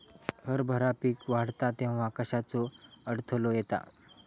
हरभरा पीक वाढता तेव्हा कश्याचो अडथलो येता?